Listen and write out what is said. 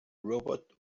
robot